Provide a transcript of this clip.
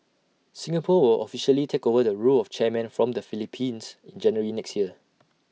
Singapore will officially take over the role of chairman from the Philippines in January next year